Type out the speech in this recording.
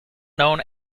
known